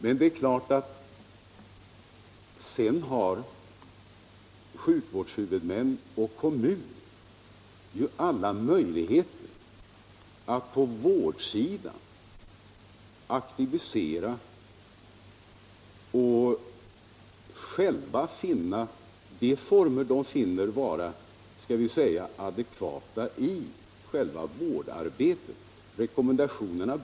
Men det är klart att sjukvårdshuvudmän och kommuner sedan har alla möjligheter att på vårdsidan aktivisera arbetet och använda de former de finner vara adekvata i själva vårdarbetet.